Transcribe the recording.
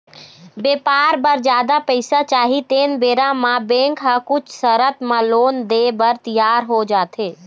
बेपार बर जादा पइसा चाही तेन बेरा म बेंक ह कुछ सरत म लोन देय बर तियार हो जाथे